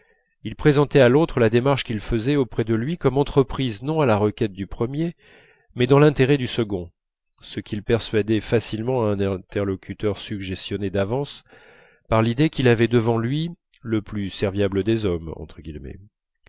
il présentait à l'autre la démarche qu'il faisait auprès de lui comme entreprise non à la requête du premier mais dans l'intérêt du second ce qu'il persuadait facilement à un interlocuteur suggestionné d'avance par l'idée qu'il avait devant lui le plus serviable des hommes